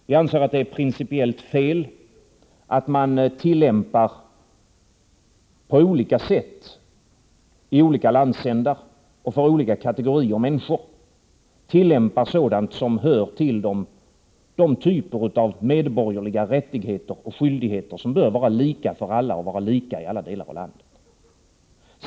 Vi anser att det är principiellt felaktigt att på olika sätt i olika landsändar och för olika kategorier människor tillämpa medel som hör till de typer av medborgerliga rättigheter och skyldigheter som bör vara lika för alla och lika ialla delar av landet.